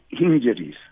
injuries